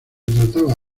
trataba